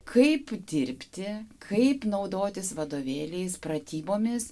kaip dirbti kaip naudotis vadovėliais pratybomis